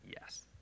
yes